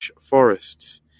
forests